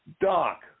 Doc